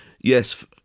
yes